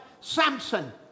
Samson